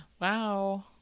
Wow